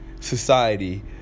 society